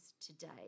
today